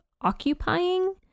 occupying